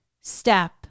step